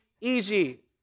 easy